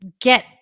get